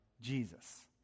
Jesus